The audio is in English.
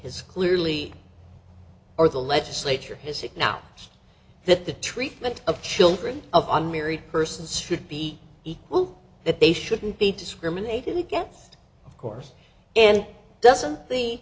has clearly or the legislature his sick now that the treatment of children of on married persons should be equal that they shouldn't be discriminated against of course and doesn't